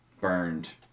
burned